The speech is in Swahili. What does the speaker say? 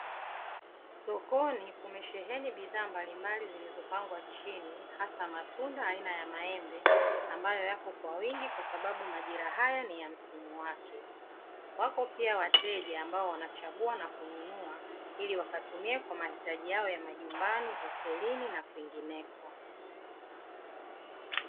Sokoni kumesheheni bidhaa mbalimbali zilizopangwa chini hasa matunda aina ya maembe ambayo yapo kwa wingi kwa sababu majira haya ni ya msimu wake. Wako pia wateja ambao wanachagua na kununua ili wakatumie kwa mahitaji yao majumbani hotelini na kwingineko.